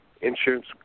Insurance